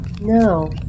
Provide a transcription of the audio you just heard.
No